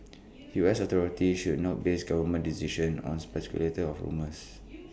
U S authorities should not base government decisions on speculation of rumours